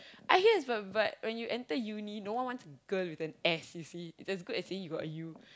I guess but but when you enter uni no one wants a girl with an S you see it's as good as saying you got a U